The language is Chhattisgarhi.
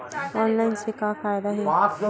ऑनलाइन से का फ़ायदा हे?